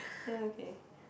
ya okay